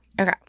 Okay